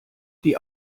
die